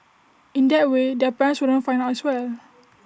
in that way their parents wouldn't find out as well